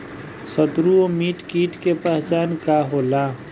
सत्रु व मित्र कीट के पहचान का होला?